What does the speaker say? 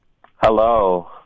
Hello